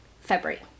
February